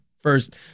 First